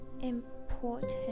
important